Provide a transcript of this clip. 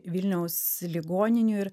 vilniaus ligoninių ir